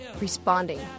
responding